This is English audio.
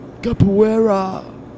Capoeira